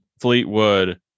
fleetwood